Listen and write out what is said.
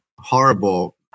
horrible